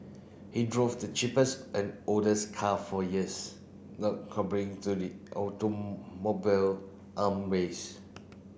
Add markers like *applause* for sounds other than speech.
he drove the cheapest and oldest car for years not *unintelligible* to the automobile arm race